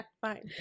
Fine